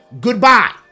goodbye